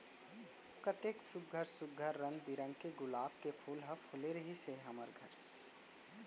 कतेक सुग्घर सुघ्घर रंग बिरंग के गुलाब के फूल ह फूले रिहिस हे हमर घर